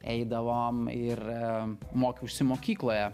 eidavom ir mokiausi mokykloje